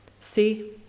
See